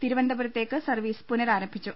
തിരുവനന്തപുരത്തേക്ക് സർവീസ് പുനഃരാരംഭിച്ചു